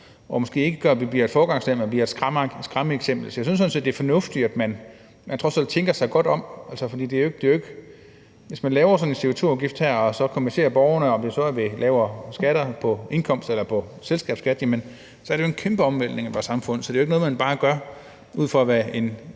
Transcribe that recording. gør måske, at vi ikke bliver et foregangsland, men at vi bliver et skræmmeeksempel. Så jeg synes sådan set, det er fornuftigt, at man trods alt tænker sig godt om, for hvis man laver sådan en CO2-afgift her og kompenserer borgerne – om det så er ved lavere skat på indkomst eller på selskabsskat – så er det jo en kæmpe omvæltning af vores samfund. Så det er jo ikke noget, man bare gør ud fra, hvad en